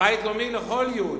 לאומי לכל יהודי.